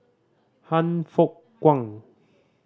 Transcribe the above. Han Fook Kwang